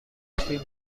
لطفی